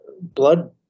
blood